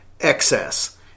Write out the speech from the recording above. excess